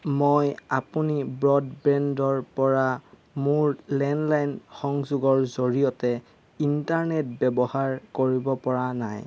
মই আপুনি ব্ৰডবেণ্ডৰপৰা মোৰ লেণ্ডলাইন সংযোগৰ জৰিয়তে ইণ্টাৰনেট ব্যৱহাৰ কৰিব পৰা নাই